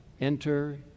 Enter